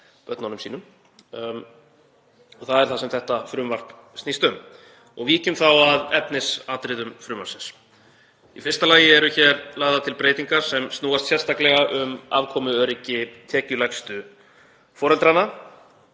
börnunum sínum. Það er það sem þetta frumvarp snýst um. Víkjum þá að efnisatriðum frumvarpsins. Í fyrsta lagi eru lagðar til breytingar sem snúast sérstaklega um afkomuöryggi tekjulægstu foreldranna,